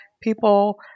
People